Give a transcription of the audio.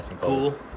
cool